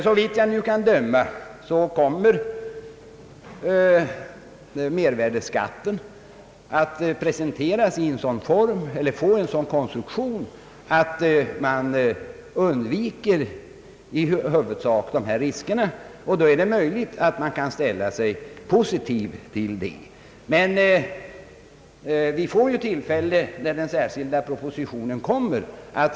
Såvitt jag nu kan döma kommer mervärdeskatten att få en sådan konstruktion att man i huvudsak undviker dessa risker, och då är det möjligt att man kan ställa sig positiv till den. Men vi kan vänta tills den särskilda propositionen kommer.